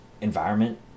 environment